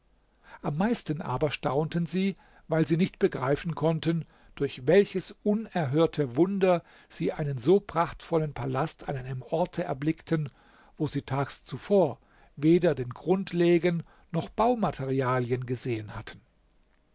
am meisten aber staunten sie weil sie nicht begreifen konnten durch welches unerhörte wunder sie einen so prachtvollen palast an einem orte erblickten wo sie tags zuvor weder den grund legen noch baumaterialien gesehen hatten